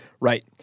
Right